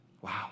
Wow